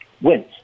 wins